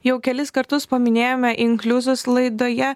jau kelis kartus paminėjome inkliuzus laidoje